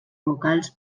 vocals